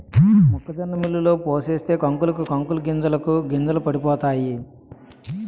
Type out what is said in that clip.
మొక్కజొన్న మిల్లులో పోసేస్తే కంకులకు కంకులు గింజలకు గింజలు పడిపోతాయి